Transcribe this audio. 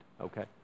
okay